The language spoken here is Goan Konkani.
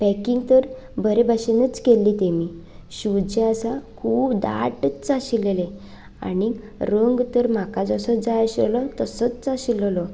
पॅकींग तर बरे भशेनूच केल्ली तेमी शूज जे आसा खूब दाटच आसलेले आनीक रंग तर म्हाका जसो जाय आसलेलो तसोच आसलेलो